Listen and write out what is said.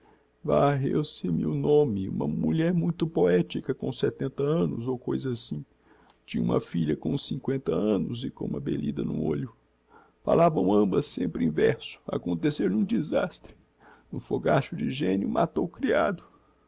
moscou varreu se me o nome uma mulher muito poetica com setenta annos ou coisa assim tinha uma filha com uns cincoenta annos e com uma belida n'um olho falavam ambas sempre em verso aconteceu-lhe um desastre n'um fogacho de genio matou o criado